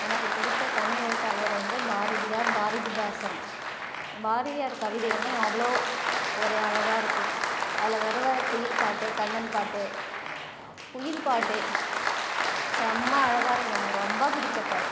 எனக்கு பிடித்த தமிழ் எழுத்தாளர் வந்து பாரதியார் பாரதிதாசன் பாரதியார் கவிதைகள்னா அவ்வளோ ஒரு அழகாக இருக்கும் அதில் வருவ குயில் பாட்டு கண்ணன் பாட்டு குயில் பாட்டு செம்ம அழகாக இருக்கு எனக்கு ரொம்ப பிடிச்ச பாட்டு